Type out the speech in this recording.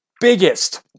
biggest